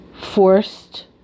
forced